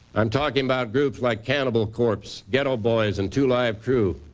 i'm talking about groups like cannibal corpse, geto boys, and two live crew,